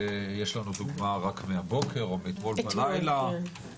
יש לנו דוגמה מאתמול בלילה,